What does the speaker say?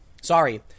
Sorry